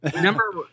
Number